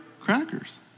crackers